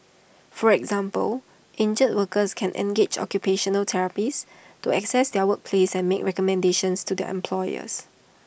for example injured workers can engage occupational therapists to access their workplace and make recommendations to their employers